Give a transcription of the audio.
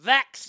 Vax